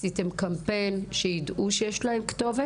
עשיתם קמפיין שידעו שיש להם כתובת?